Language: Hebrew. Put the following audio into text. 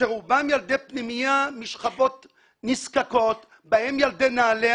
שרובם ילדי פנימייה משכבות נזקקות, בהם ילדה נעלה.